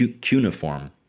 cuneiform